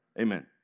Amen